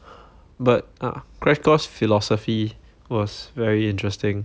but uh crash course philosophy was very interesting